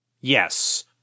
Yes